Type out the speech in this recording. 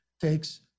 takes